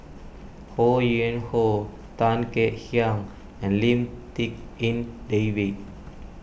Ho Yuen Hoe Tan Kek Hiang and Lim Tik En David